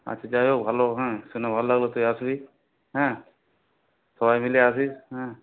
আচ্ছা যাই হোক ভালো হ্যাঁ শুনে ভাল লাগলো তুই আসবি হ্যাঁ সবাই মিলে আসিস হ্যাঁ